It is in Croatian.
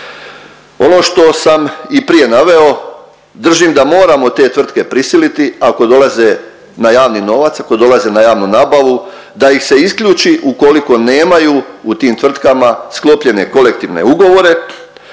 Ono što sam i prije naveo, držim da moramo te tvrtke prisiliti ako dolaze na javni novac, ako dolaze na javnu nabavu da ih se isključi ukoliko nemaju u tim tvrtkama sklopljene kolektivne ugovore